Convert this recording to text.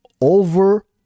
over